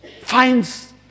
finds